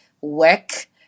work